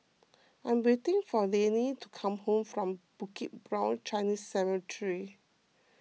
I'm waiting for Liane to come home from Bukit Brown Chinese Cemetery